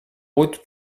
route